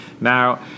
Now